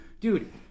Dude